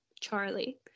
Charlie